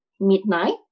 midnight